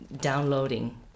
downloading